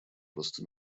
просто